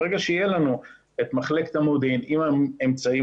ברגע שתהיה לנו את מחלקת המודיעין עם האמצעים